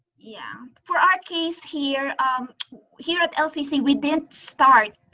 yeah, for our case here here at lcc, we didn't start.